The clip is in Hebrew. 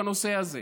בנושא הזה.